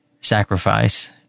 sacrifice